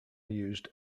used